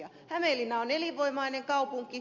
hämeenlinna on elinvoimainen kaupunki